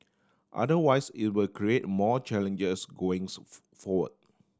otherwise it will create more challenges going so forward